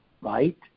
right